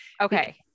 okay